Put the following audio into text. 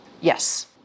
Yes